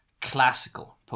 classical